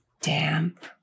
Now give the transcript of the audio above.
damp